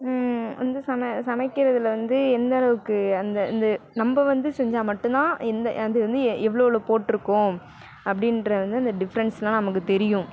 வந்து சம சமைக்கிறதில் வந்து எந்த அளவுக்கு அந்த இந்த நம்ம வந்து செஞ்சால் மட்டும் தான் இந்த அது வந்து எவ்வளோ எவ்வளோ போட்டிருக்கோம் அப்படின்றது வந்து இந்த டிஃப்ரென்ஸ்லாம் நமக்கு தெரியும்